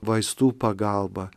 vaistų pagalba